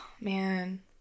Man